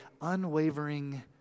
unwavering